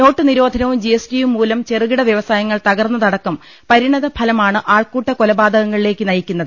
നോട്ടുനിരോധനവും G S T യും മൂലം ചെറുകിട വൃവസായങ്ങൾ തകർന്നതടക്കം പ്രിണത ഫലമാണ് ആൾക്കൂട്ട കൊ ലപാതകങ്ങളിലേക്ക് നയിക്കുന്നത്